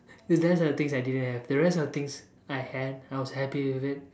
cause those were the things I didn't have the rest of the things I had I was happy with it